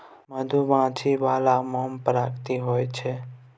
मधुमाछी बला मोम प्राकृतिक होए छै